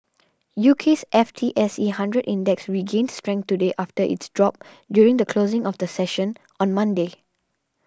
UK's F T S E Hundred Index regained strength today after its drop during the closing of the session on Monday